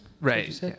right